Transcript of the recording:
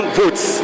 votes